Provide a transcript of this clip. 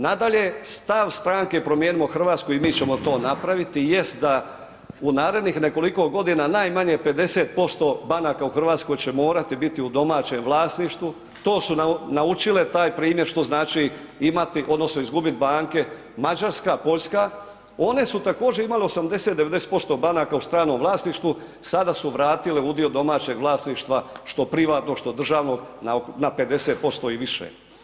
Nadalje, stav stranke Promijenimo Hrvatsku i mi ćemo to napraviti jest da u narednih nekoliko godina, najmanje 50% banaka u Hrvatskoj će morati biti u domaćem vlasništvu, to su naučile taj primjer što znači imati odnosno izgubit banke, Mađarska, Poljska, one su također imale 80, 90% banaka u stranom vlasništvu, sada su vratile udio domaćeg vlasništva, što privatnog, što državnog na 50% i više.